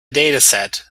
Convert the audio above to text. dataset